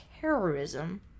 terrorism